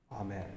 Amen